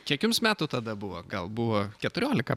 kiek jums metų tada buvo gal buvo keturiolika